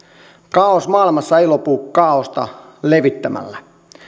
kaaos maailmassa ei lopu kaaosta levittämällä